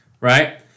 right